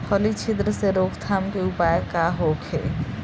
फली छिद्र से रोकथाम के उपाय का होखे?